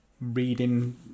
reading